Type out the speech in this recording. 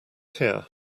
here